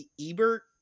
ebert